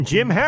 Jim